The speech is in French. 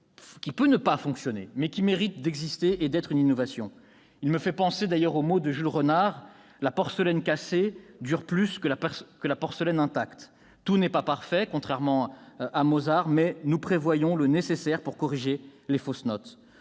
qui peut ne pas fonctionner, mais qui aura le mérite d'exister et d'être innovante. Cela me fait penser au mot de Jules Renard :« La porcelaine cassée dure plus que la porcelaine intacte. » Tout n'est pas parfait, contrairement à Mozart, mais nous prévoyons le nécessaire pour corriger les fausses notes.